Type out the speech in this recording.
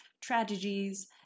tragedies